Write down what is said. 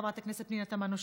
חברת הכנסת פנינה תמנו-שטה,